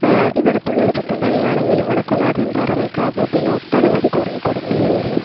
ഇവിടുത്തെ ഉള്ളൊരു പുത്തൻ പള്ളിയാണെങ്കിലും വടക്കുംനാഥൻ പാറമേക്കാവ് പിന്നെ ഒട്ടനവധി കുറെ കൊടുങ്ങല്ലൂര്